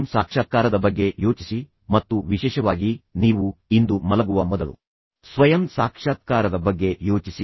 ನಾನು ಸೂಚಿಸಿದ ರೀತಿಯಲ್ಲಿ ನೀವು ಅದನ್ನು ಕಾರ್ಯಗತಗೊಳಿಸಲು ಪ್ರಯತ್ನಿಸುತ್ತೀರಿ ಎಂದು ನಾನು ಭಾವಿಸುತ್ತೇನೆ